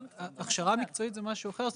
הכשרה מקצועית זה משהו אחר.